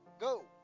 go